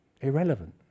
irrelevant